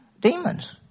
demons